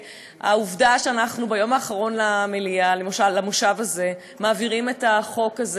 העובדה שאנחנו ביום האחרון למושב הזה מעבירים את החוק הזה